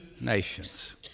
nations